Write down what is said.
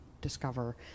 discover